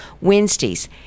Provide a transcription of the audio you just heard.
Wednesdays